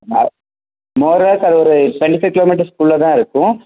ம more overs அது ஒரு ட்வெண்ட்டி ஃபைவ் கிலோமீட்டர்ஸ்க்குள்ள தான் இருக்கும்